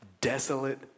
desolate